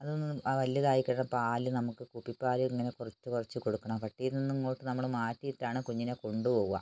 അതൊന്നു വലുതായി കഴിഞ്ഞാൽ പാല് നമുക്ക് കുപ്പിപാല് ഇങ്ങനെ കുറച്ച് കുറച്ച് കൊടുക്കണം പട്ടിയിൽ നിന്നിങ്ങോട്ടു നമ്മള് മാറ്റിയിട്ടാണ് കുഞ്ഞിനെ കൊണ്ടുപോവുക